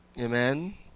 Amen